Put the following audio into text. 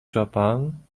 japan